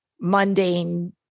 mundane